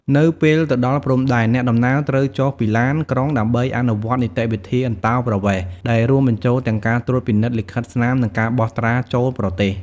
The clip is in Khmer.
នៅពេលទៅដល់ព្រំដែន អ្នកដំណើរត្រូវចុះពីឡានក្រុងដើម្បីអនុវត្តនីតិវិធីអន្តោប្រវេសន៍ ដែលរួមបញ្ចូលទាំងការត្រួតពិនិត្យលិខិតស្នាមនិងការបោះត្រាចូលប្រទេស។